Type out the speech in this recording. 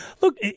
Look